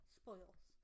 spoils